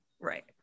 Right